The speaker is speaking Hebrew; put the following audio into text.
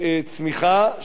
צמיחה של